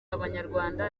abanyarwanda